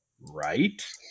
right